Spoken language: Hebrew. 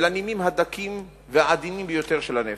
ובנימים הדקים והעדינים ביותר של הנפש.